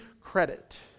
credit